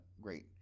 great